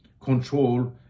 control